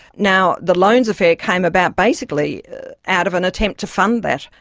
now, the loans affair came about basically out of an attempt to fund that.